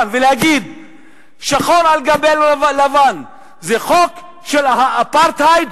ונבהיר שמדובר בשחור על גבי לבן בחוק של האפרטהייד,